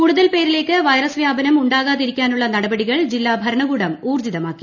കൂടുതൽ പേരിലേക്ക് വൈറസ് വ്യാപനം ഉണ്ടാകാതിരിക്കാനുള്ള നടപടികൾ ജില്ലാ ഭരണകൂടം ഊർജ്ജിതമാക്കി